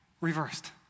reversed